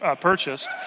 purchased